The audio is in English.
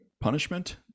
punishment